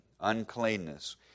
uncleanness